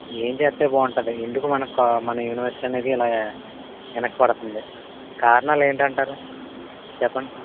ఏం చేస్తే బాగుంటుంది ఎందుకు మన క మన యూనివర్సిటీ అనేది ఇలాగ వెనకబడుతుంది కారణాలు ఏంటి అంటారు చెప్పండి